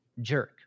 jerk